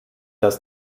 dass